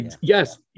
yes